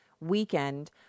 weekend